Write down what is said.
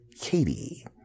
Katie